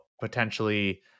potentially